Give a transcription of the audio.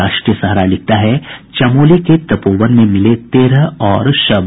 राष्ट्रीय सहारा लिखता है चमोली के तपोवन में मिले तेरह और शव